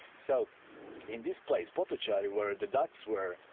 so in this place, potocari, where the dutch were,